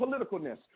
politicalness